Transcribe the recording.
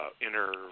inner